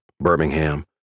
Birmingham